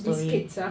these kids ah